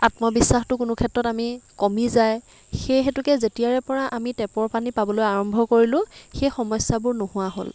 আত্মবিশ্বাসটো কোনো ক্ষেত্ৰত আমি কমি যায় সেই হেতুকে যেতিয়াৰে পৰা আমি টেপৰ পানী পাবলৈ আৰম্ভ কৰিলোঁ সেই সমস্যাবোৰ নোহোৱা হ'ল